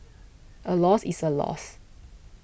a loss is a loss